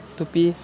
টুপি